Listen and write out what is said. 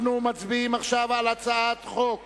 אנחנו מצביעים עכשיו על הצעת חוק